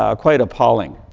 ah quite appalling.